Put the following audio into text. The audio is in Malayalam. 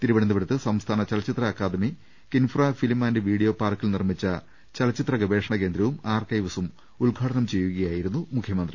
തിരുവന ന്തപുരത്ത് സംസ്ഥാന ചലച്ചിത്ര അക്കാദമി കിൻഫ്രാ ഫിലിം ആന്റ് വീഡിയോ പാർക്കിൽ നിർമ്മിച്ച ചലച്ചിത്ര ഗവേഷണ കേന്ദ്രവും ആർക്കൈവ്സും ഉദ്ഘാടനം ചെയ്യുകയായിരുന്നു മുഖ്യമന്ത്രി